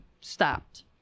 stopped